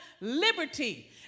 liberty